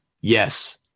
Yes